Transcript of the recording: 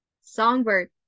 Songbird